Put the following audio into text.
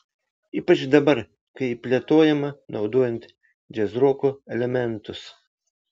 ypač dabar kai ji plėtojama naudojant džiazroko elementus